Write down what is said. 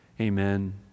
amen